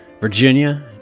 Virginia